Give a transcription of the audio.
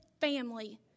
family